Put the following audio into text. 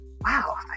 wow